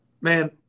man